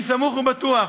אני סמוך ובטוח,